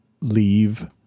leave